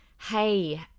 Hey